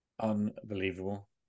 Unbelievable